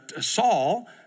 Saul